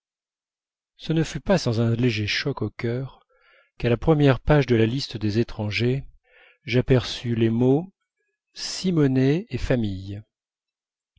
ce ne fut pas sans un léger choc au cœur qu'à la première page de la liste des étrangers j'aperçus les mots simonet et famille